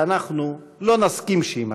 ואנחנו לא נסכים שיימשך.